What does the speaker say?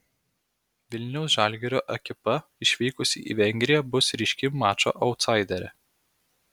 vilniaus žalgirio ekipa išvykusi į vengriją bus ryški mačo autsaiderė